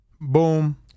Boom